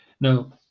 Now